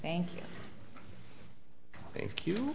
thank you